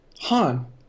Han